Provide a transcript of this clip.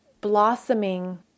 blossoming